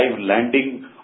landing